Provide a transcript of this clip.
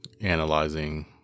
analyzing